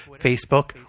Facebook